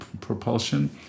propulsion